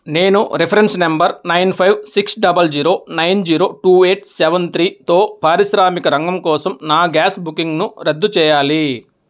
నేను reference number nine five six double zero nine zero two eight seven త్రీతో పారిశ్రామిక రంగం కోసం నా గ్యాస్ బుకింగ్ను రద్దు చేయాలి